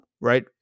right